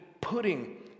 putting